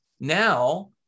Now